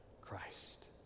Christ